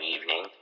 evening